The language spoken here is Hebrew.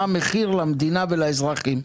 מה המחיר למדינה ולאזרחים?